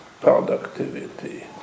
productivity